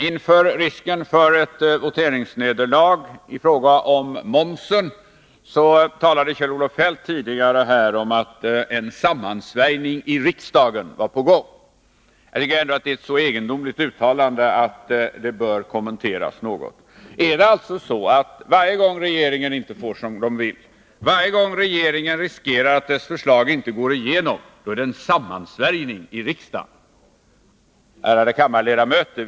Inför risken av ett voteringsnederlag i fråga om momsen talade Kjell-Olof Feldt tidigare om att en sammansvärjning i riksdagen var på gång. Det är ett egendomligt uttalande. Är det alltså så att varje gång regeringen inte får som den vill, varje gång regeringen riskerar att dess förslag inte går igenom, är det en sammansvärjning i riksdagen? Ärade kammarledamöter!